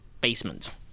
basement